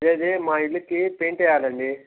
అదే అదే మా ఇల్లుకు పెయింట్ వేయాలి అండి